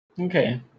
Okay